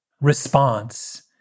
response